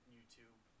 YouTube